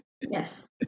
yes